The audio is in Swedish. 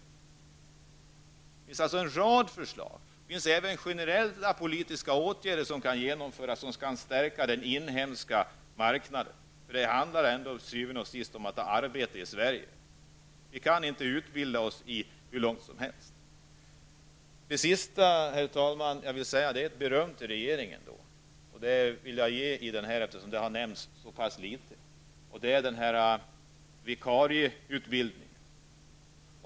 Det finns en rad förslag och generella politiska åtgärder som kan genomföras för att stärka den inhemska marknaden. Til syvende og sidst handlar det om att man skall ha arbete i Sverige. Vi kan inte utbilda oss hur länge som helst. Herr talman! Avslutningsvis vill jag komma med ett beröm till regeringen. Det vill jag ge på ett område som har berörts mycket litet, nämligen vikarieutbildningen.